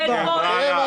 תראה מה זה.